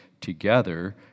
together